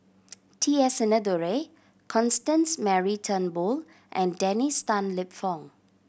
T S Sinnathuray Constance Mary Turnbull and Dennis Tan Lip Fong